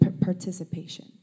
participation